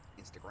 Instagram